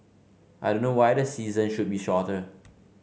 I don't know why the season should be shorter